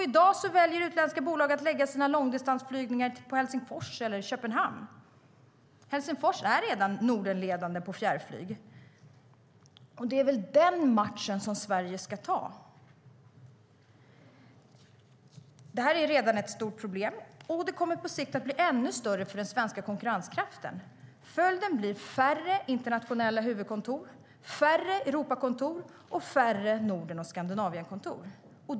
I dag väljer utländska bolag att lägga sina långdistansflygningar på Helsingfors eller Köpenhamn. Helsingfors är redan Nordenledande på fjärrflyg. Det är den matchen som Sverige ska ta. Det här är redan ett stort problem. Hotet kommer på sikt att bli ännu större för den svenska konkurrenskraften. Följden blir färre internationella huvudkontor, färre Europakontor samt färre Norden och Skandinavienkontor.